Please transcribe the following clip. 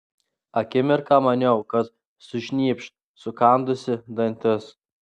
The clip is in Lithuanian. akimirką maniau kad sušnypš sukandusi dantis